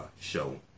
show